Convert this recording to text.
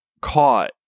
caught